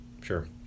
Sure